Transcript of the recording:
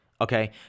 okay